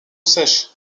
sèche